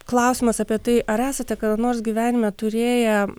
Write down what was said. klausimas apie tai ar esate kada nors gyvenime turėję